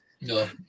No